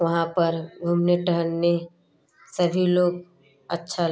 वहाँ पर घूमने टहलने सभी लोग अच्छा